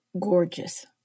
gorgeous